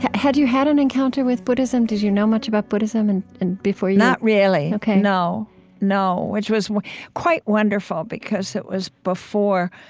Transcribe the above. had had you had an encounter with buddhism? did you know much about buddhism and and before you? not really, no no which was quite wonderful because it was before